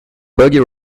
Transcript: buggy